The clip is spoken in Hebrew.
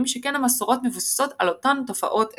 שכן שהמסורות מבוססות על אותן תופעות האסטרונומיות.